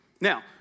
Now